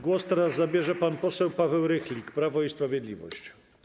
Głos teraz zabierze pan poseł Paweł Rychlik, Prawo i Sprawiedliwość.